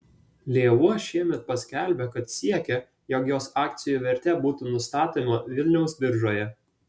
lėvuo šiemet paskelbė kad siekia jog jos akcijų vertė būtų nustatoma vilniaus biržoje